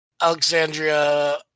Alexandria